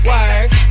Work